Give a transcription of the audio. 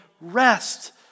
rest